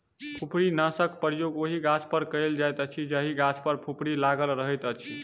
फुफरीनाशकक प्रयोग ओहि गाछपर कयल जाइत अछि जाहि गाछ पर फुफरी लागल रहैत अछि